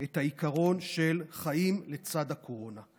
את העיקרון של חיים לצד הקורונה.